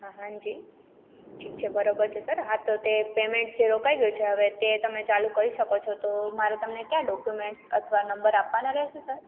હા હાંજી ઠીક છે બરોબર છે સર હા તો તે પેમેન્ટ જે રોકાઈ ગયું છે હવે તે તમે ચાલુ કરી શકો છો તો મારે તમને કયા ડોક્યુમેન્ટ્સ અથવા નંબર આપવાનાં રહેશે સર